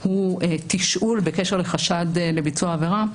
הוא תשאול בקשר לחשד לביצוע עבירה,